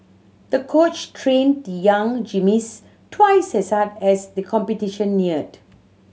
the coach trained the young gym twice as hard as the competition neared